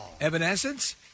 Evanescence